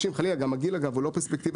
60. גם הגיל הוא לא פרספקטיבה,